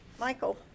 Michael